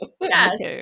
Yes